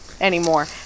anymore